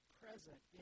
present